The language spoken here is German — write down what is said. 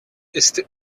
ist